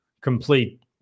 complete